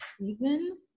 season